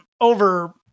over